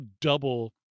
double